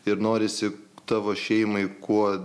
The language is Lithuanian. ir norisi tavo šeimai kuo